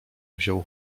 wziął